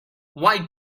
why